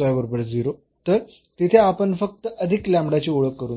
बरोबर तर तिथे आपण फक्त अधिक लॅमडाची ओळख करून देऊ